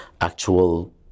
actual